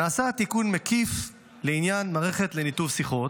נעשה תיקון מקיף לעניין מערכת לניתוב שיחות,